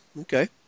Okay